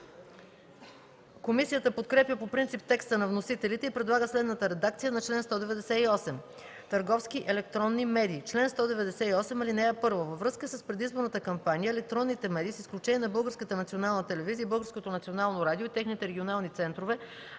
Комисията подкрепя по принцип текста на вносителите и предлага следната редакция на чл. 198: „Търговски електронни медии Чл. 198. (1) Във връзка с предизборната кампания електронните медии, с изключение на Българската национална телевизия